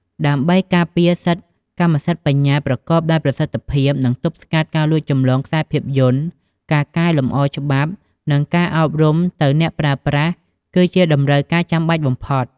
ដើម្បីការពារសិទ្ធិកម្មសិទ្ធិបញ្ញាប្រកបដោយប្រសិទ្ធភាព និងទប់ស្កាត់ការលួចចម្លងខ្សែភាពយន្ត ការកែលម្អច្បាប់ និងការអប់រំទៅអ្នកប្រើប្រាស់ គឺជាតម្រូវការចាំបាច់បំផុត។